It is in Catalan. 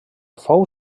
fou